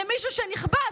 למישהו שנכבש,